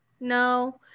No